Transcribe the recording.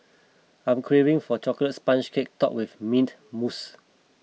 I am craving for Chocolate Sponge Cake Topped with Mint Mousse